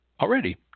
already